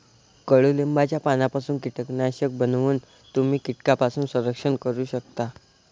कडुलिंबाच्या पानांपासून कीटकनाशक बनवून तुम्ही कीटकांपासून संरक्षण करू शकता